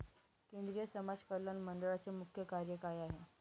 केंद्रिय समाज कल्याण मंडळाचे मुख्य कार्य काय आहे?